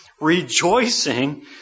rejoicing